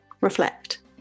reflect